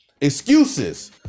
Excuses